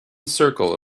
circle